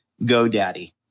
GoDaddy